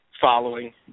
following